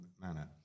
manner